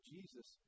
Jesus